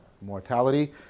mortality